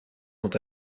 sont